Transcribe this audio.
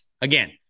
Again